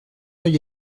oeil